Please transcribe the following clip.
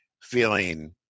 feeling